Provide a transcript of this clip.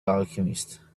alchemist